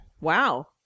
wow